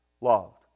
loved